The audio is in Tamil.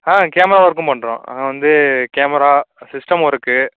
ஆ கேமரா ஒர்க்கும் பண்ணுறோம் வந்து கேமரா சிஸ்டம் ஒர்க்கு